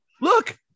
look